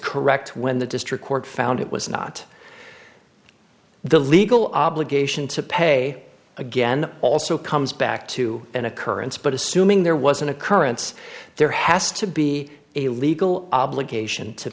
correct when the district court found it was not the legal obligation to pay again also comes back to an occurrence but assuming there was an occurrence there has to be a legal obligation to